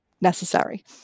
necessary